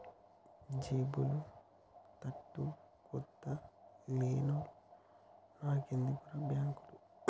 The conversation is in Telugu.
జేబుల తూటుకొత్త లేనోన్ని నాకెందుకుర్రా బాంకులు